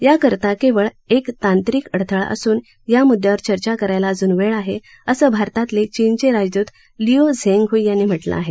या करता केवळ एक तांत्रिक अडथळा असून या मुदयावर चर्चा करायला अजून वेळ आहे असं भारतातले चीनचे राजद्रत लियो झेंगहई यांनी म्हटलं आहे